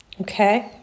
okay